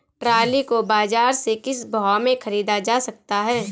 Trolley को बाजार से किस भाव में ख़रीदा जा सकता है?